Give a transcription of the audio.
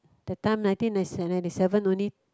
that time nineteen nine~ se~ ninety seven only